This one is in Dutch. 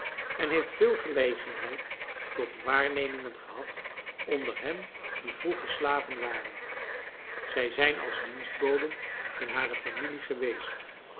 en heeft veel gelegenheid tot waarnemingen gehad onder hen die vroeger slaven waren zij zijn als dienstboden in hare familie geweest